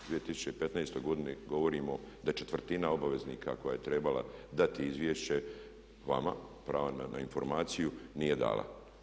U 2015. godini govorimo da je četvrtina obveznika koja je trebala dati izvješće vama, prava na informaciju nije dala.